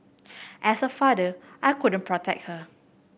as a father I couldn't protect her